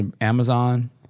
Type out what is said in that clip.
Amazon